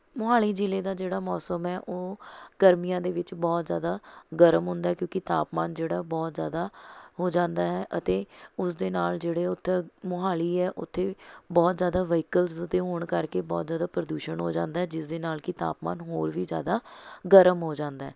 ਮੋਹਾਲੀ ਜ਼ਿਲ੍ਹੇ ਦਾ ਜਿਹੜਾ ਮੌਸਮ ਹੈ ਉਹ ਗਰਮੀਆਂ ਦੇ ਵਿੱਚ ਬਹੁਤ ਜ਼ਿਆਦਾ ਗਰਮ ਹੁੰਦਾ ਹੈ ਕਿਉਂਕਿ ਤਾਪਮਾਨ ਜਿਹੜਾ ਬਹੁਤ ਜ਼ਿਆਦਾ ਹੋ ਜਾਂਦਾ ਹੈ ਅਤੇ ਉਸਦੇ ਨਾਲ ਜਿਹੜੇ ਉੱਥੇ ਮੋਹਾਲੀ ਹੈ ਉੱਥੇ ਬਹੁਤ ਜ਼ਿਆਦਾ ਵਹੀਕਲਸ ਦੇ ਹੋਣ ਕਰਕੇ ਬਹੁਤ ਜ਼ਿਆਦਾ ਪ੍ਰਦੂਸ਼ਣ ਹੋ ਜਾਂਦਾ ਹੈ ਜਿਸ ਦੇ ਨਾਲ ਕਿ ਤਾਪਮਾਨ ਹੋਰ ਵੀ ਜ਼ਿਆਦਾ ਗਰਮ ਹੋ ਜਾਂਦਾ ਹੈ